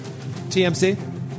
TMC